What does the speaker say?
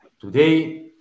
today